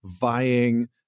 vying